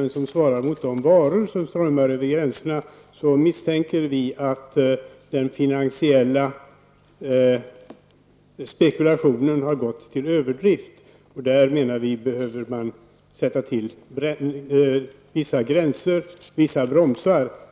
än som svarar mot de varor som strömmar över gränserna, misstänker vi att den finansiella spekulationen har gått till överdrift. Där menar vi att man behöver sätta till vissa bromsar.